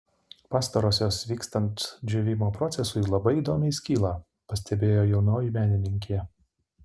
pastarosios vykstant džiūvimo procesui labai įdomiai skyla pastebėjo jaunoji menininkė